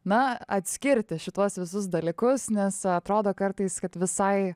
na atskirti šituos visus dalykus nes atrodo kartais kad visai